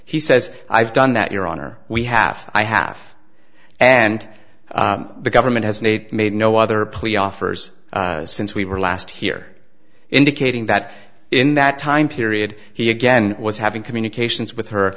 he says i've done that your honor we have i have and the government has made made no other plea offers since we were last here indicating that in that time period he again was having communications with her